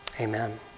Amen